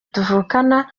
tuvukana